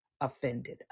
offended